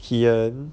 kee en